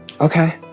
Okay